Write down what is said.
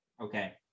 Okay